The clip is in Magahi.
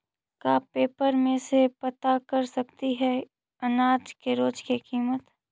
का पेपर में से पता कर सकती है अनाज के रोज के किमत?